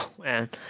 man